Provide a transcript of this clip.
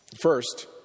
First